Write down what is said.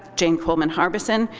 jane pullman harbison,